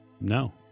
No